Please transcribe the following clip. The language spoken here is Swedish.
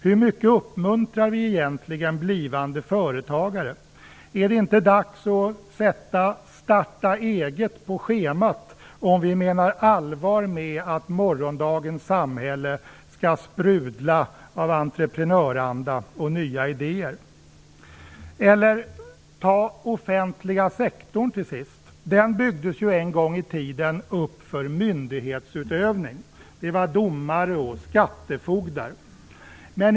Hur mycket uppmuntrar vi egentligen blivande företagare? Är det inte dags att sätta starta eget på schemat om vi menar allvar med att morgondagens samhälle skall sprudla av entreprenöranda och nya idéer? Eller ta till sist den offentliga sektorn. Den byggdes ju en gång i tiden upp för myndighetsutövning. Det var domare och skattefogdar.